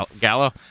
Gallo